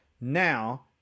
Now